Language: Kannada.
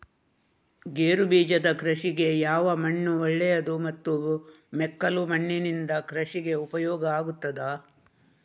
ಗೇರುಬೀಜದ ಕೃಷಿಗೆ ಯಾವ ಮಣ್ಣು ಒಳ್ಳೆಯದು ಮತ್ತು ಮೆಕ್ಕಲು ಮಣ್ಣಿನಿಂದ ಕೃಷಿಗೆ ಉಪಯೋಗ ಆಗುತ್ತದಾ?